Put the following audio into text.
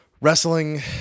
wrestling